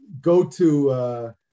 go-to